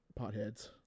potheads